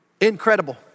Incredible